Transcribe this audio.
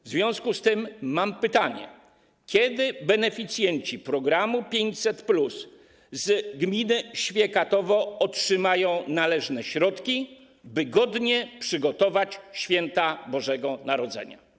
W związku z tym mam pytanie: Kiedy beneficjenci programu 500+ z gminy Świekatowo otrzymają należne środki, by godnie przygotować święta Bożego Narodzenia?